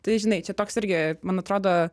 tai žinai čia toks irgi man atrodo